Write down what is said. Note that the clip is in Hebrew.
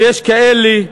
ויש כאלה,